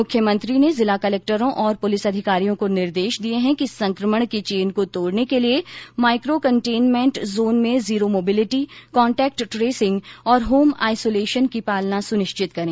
मुख्यमंत्री ने जिला कलेक्टरों और पुलिस अधिकारियों को निर्देश दिए कि संक्रमण की चेन तोड़ने के लिए माइक्रो कंटेनमेंट जोन में जीरो मोबिलिटी कॉन्टेक्ट ट्रेसिंग और होम आइसोलेशन की पालना सुनिश्चित करें